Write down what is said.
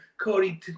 Cody